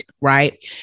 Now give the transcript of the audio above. right